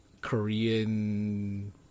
Korean